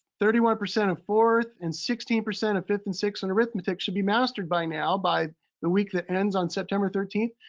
thirty one percent of fourth and sixteen percent of fifth and sixth. and arithmetic should be mastered by now, by the week that ends on september thirteenth.